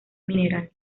mineral